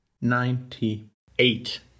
ninety-eight